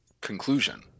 conclusion